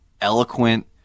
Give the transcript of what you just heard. eloquent